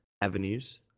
avenues